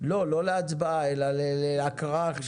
לא להצבעה אלא להקראה.